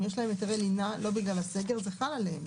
אם יש להם היתרי לינה לא בגלל הסגר זה חל עליהם,